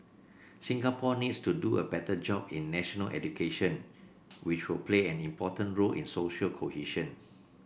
Singapore needs to do a better job in national education which will play an important role in social cohesion